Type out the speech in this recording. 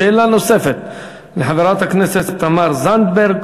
שאלה נוספת לחברת הכנסת תמר זנדברג,